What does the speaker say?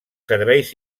serveis